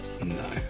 No